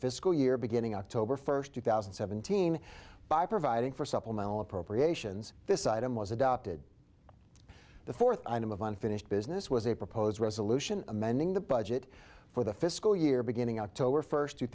fiscal year beginning october first two thousand and seventeen by providing for supplemental appropriations this item was adopted the fourth item of unfinished business was a proposed resolution amending the budget for the fiscal year beginning october first two